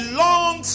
long